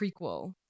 prequel